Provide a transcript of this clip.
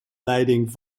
leiding